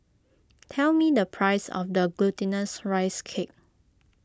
tell me the price of the Glutinous Rice Cake